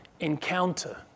encounter